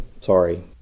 sorry